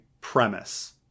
premise